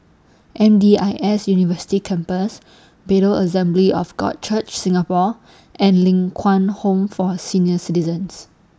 M D I S University Campus Bethel Assembly of God Church Singapore and Ling Kwang Home For Senior Citizens